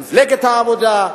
את מפלגת העבודה,